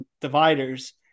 dividers